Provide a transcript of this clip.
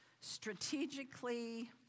strategically